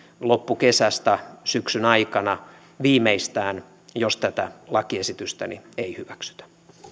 loppukesästä syksyn aikana viimeistään jos tätä lakiesitystäni ei hyväksytä